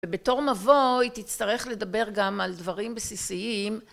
ובתור מבוא היא תצטרך לדבר גם על דברים בסיסיים